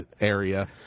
area